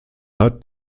hat